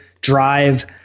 drive